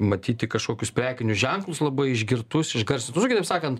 matyti kažkokius prekinius ženklus labai išgirtus išgarsintus nu kitaip sakant